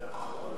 אדוני